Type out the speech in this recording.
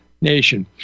nation